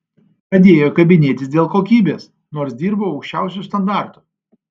pradėjo kabinėtis dėl kokybės nors dirbau aukščiausiu standartu